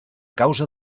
causa